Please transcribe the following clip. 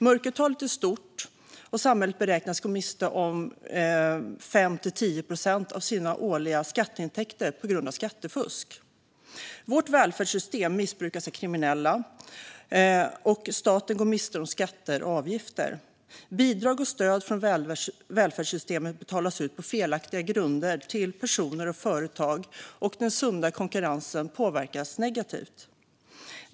Mörkertalet är stort, och samhället beräknas gå miste om 5-10 procent av sina årliga skatteintäkter på grund av skattefusk. Vårt välfärdssystem missbrukas av kriminella, och staten går miste om skatter och avgifter. Bidrag och stöd från välfärdssystemet betalas ut på felaktiga grunder till personer och företag, och den sunda konkurrensen påverkas negativt.